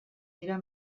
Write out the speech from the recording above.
dira